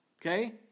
Okay